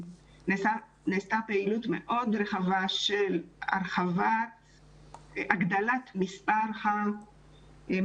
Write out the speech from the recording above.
ונעשתה פעילות מאוד רחבה של הגדלת מספר המקומות